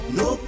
no